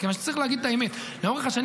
משום שצריך להגיד את האמת: לאורך השנים